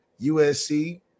USC